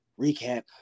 recap